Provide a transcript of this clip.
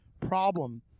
problem